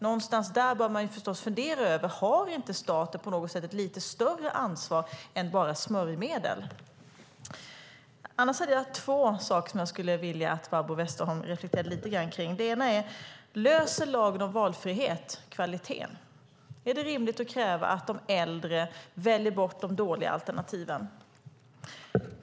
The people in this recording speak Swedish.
Någonstans där måste man börja fundera på om inte staten har ett lite större ansvar än att bara stå för smörjmedel. Annars hade jag två saker som jag gärna skulle vilja att Barbro Westerholm reflekterade lite kring. Den ena saken är: Löser lagen om valfrihet kvaliteten? Är det rimligt att kräva att de äldre väljer bort de dåliga alternativen?